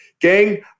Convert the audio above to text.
Gang